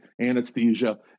anesthesia